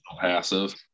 passive